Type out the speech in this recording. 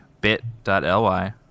Bit.ly